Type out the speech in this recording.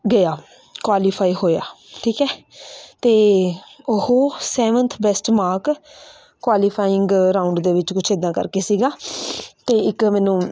ਗਿਆ ਕੁਆਲੀਫਾਈ ਹੋਇਆ ਠੀਕ ਹੈ ਅਤੇ ਉਹ seventh best mark qualifying round ਦੇ ਵਿੱਚ ਕੁਛ ਐਦਾਂ ਕਰਕੇ ਸੀਗਾ ਅਤੇ ਇੱਕ ਮੈਨੂੰ